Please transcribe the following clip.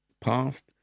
past